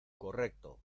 correcto